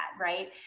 right